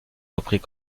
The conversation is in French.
reprit